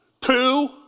two